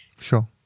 sure